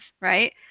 right